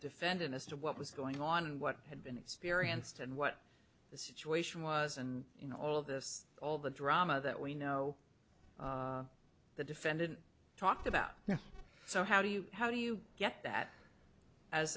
defendant as to what was going on what had been experienced and what the situation was and in all of this all the drama that we know the defendant talked about now so how do you how do you get that as